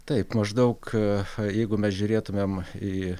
taip maždaug jeigu mes žiūrėtumėm į